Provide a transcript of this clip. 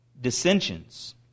dissensions